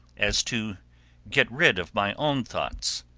as to get rid of my own thoughts,